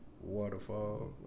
Waterfall